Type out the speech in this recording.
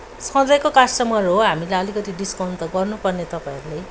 सधैँको कस्टमर हो हामीलाई अलिकति डिस्काउन्ट त गर्नु पर्ने तपाईँहरूले